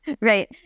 Right